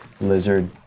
lizard